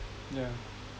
yeah